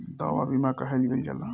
दवा बीमा काहे लियल जाला?